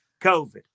COVID